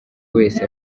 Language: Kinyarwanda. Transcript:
wese